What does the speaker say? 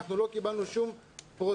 אנחנו לא קיבלנו שום פרוטוקול,